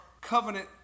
covenant